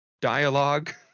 dialogue